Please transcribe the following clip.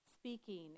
speaking